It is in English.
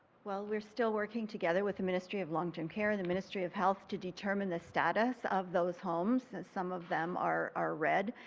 well, we are still working together with the mystery of long-term care, the mystery of health, to determine the status of those homes. and some of them are are red.